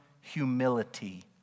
humility